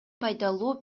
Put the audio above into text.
пайдалуу